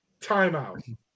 Timeout